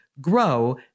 grow